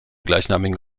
gleichnamigen